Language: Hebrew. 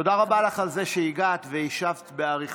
תודה רבה לך על זה שהגעת והשבת באריכות.